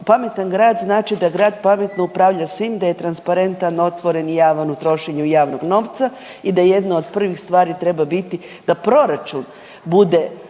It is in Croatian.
pametan grad znači da grad pametno upravlja svim, da je transparentan, otvoren i javan u trošenju javnog novca i da jedno od prvih stvari treba biti da proračun bude